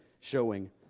showing